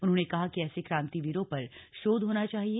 उन्होंने कहा कि ऐसे क्रांतिवीरों पर शोध होना चाहिए